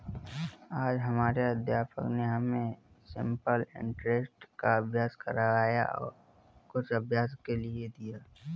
आज हमारे अध्यापक ने हमें सिंपल इंटरेस्ट का अभ्यास करवाया और कुछ अभ्यास के लिए दिया